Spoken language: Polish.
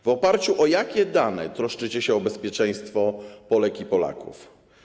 W oparciu o jakie dane troszczycie się o bezpieczeństwo Polek i Polaków?